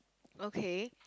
okay